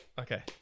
Okay